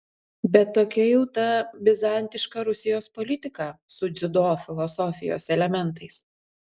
bet tokia jau ta bizantiška rusijos politika su dziudo filosofijos elementais